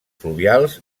fluvials